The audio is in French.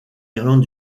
irlande